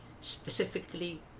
specifically